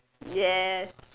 yes